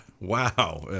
wow